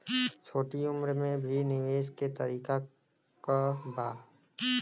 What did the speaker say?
छोटी उम्र में भी निवेश के तरीका क बा?